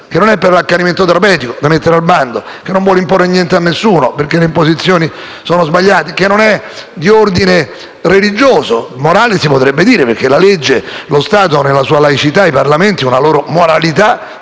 che non è per l'accanimento terapeutico, da mettere al bando; che non vuole imporre niente a nessuno, perché le imposizioni sono sbagliate; che non è di ordine religioso; morale sì, invece: si potrebbe dire, perché la legge e lo Stato hanno una loro laicità e i Parlamenti una loro moralità